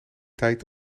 tijd